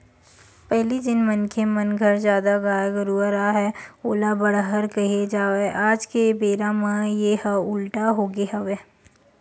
पहिली जेन मनखे मन घर जादा गाय गरूवा राहय ओला बड़हर केहे जावय आज के बेरा म येहा उल्टा होगे हवय